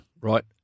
right